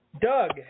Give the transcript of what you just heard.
Doug